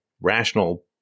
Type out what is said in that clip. rational